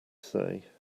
say